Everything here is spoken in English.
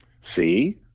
See